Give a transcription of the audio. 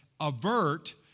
avert